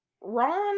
Ron